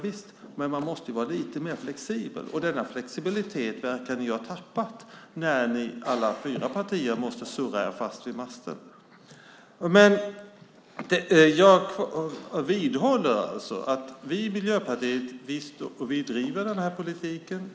Visst, men man måste vara lite mer flexibel. Denna flexibilitet verkar ni har tappat när alla fyra partier måste surra sig fast vid masten. Jag vidhåller att vi i Miljöpartiet driver denna politik.